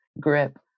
grip